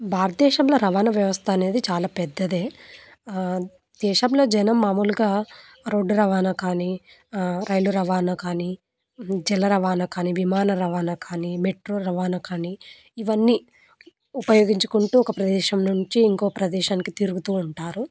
భారతదేశంలో రవాణా వ్యవస్థ అనేది చాలా పెద్దదే దేశంలో జనం మామూలుగా రోడ్డు రవాణా కానీ రైలు రవాణా కానీ జల రవాణా కానీ విమాన రవాణా కానీ మెట్రో రవాణా కానీ ఇవన్నీ ఉపయోగించుకుంటూ ఒక ప్రదేశం నుంచి ఇంకో ప్రదేశానికి తిరుగుతూ ఉంటారు